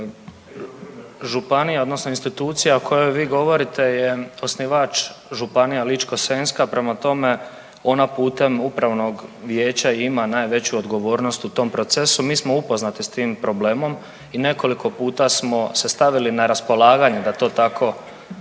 Županija odnosno institucija o kojoj vi govorite je osnivač županija Ličko-senjska, prema tome ona putem upravnog vijeća ima najveću odgovornost u tom procesu. Mi smo upoznati s tim problema i nekoliko puta smo se stavili na raspolaganje da to tako